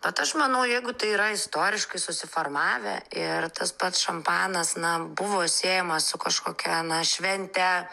bet aš manau jeigu tai yra istoriškai susiformavę ir tas pats šampanas na buvo siejamas su kažkokia na švente